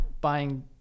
buying